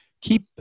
keep